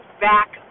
back